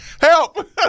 Help